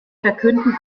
verkündeten